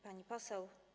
Pani Poseł!